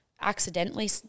accidentally